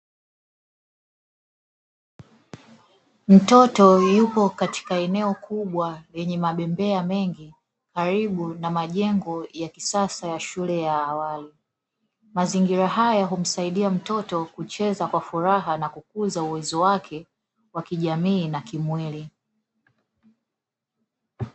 Mtoto yupo katika eneo kubwa lenye mabembea mengi, karibu na majengo ya kisasa ya shule ya awali. Mazingira haya humsaidia mtoto kucheza kwa furaha na kukuza uwezo wake wa kijamii na kimwili.